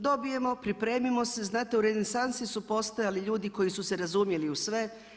Dobijemo, pripremimo se, znate u renesansi su postojali ljudi koji su se razumjeli u sve.